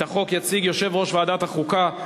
את החוק יציג יושב-ראש ועדת החוקה,